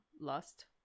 lust